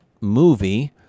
movie